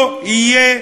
לא יהיה